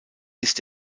ist